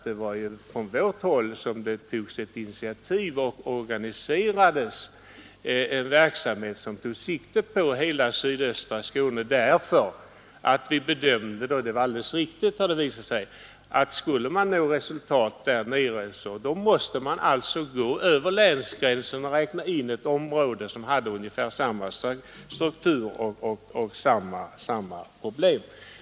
Det var ju från vårt håll som det togs initiativ och organiserades en verksamhet som tog sikte på hela sydöstra Skåne därför att vi bedömde — och det har visat sig vara alldeles riktigt — att skulle man nå resultat där nere så måste man gå över länsgränsen och räkna in ett område som hade unge samma struktur och samma problem.